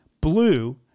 blue